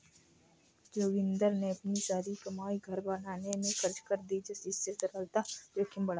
जोगिंदर ने अपनी सारी कमाई घर बनाने में खर्च कर दी जिससे तरलता जोखिम बढ़ा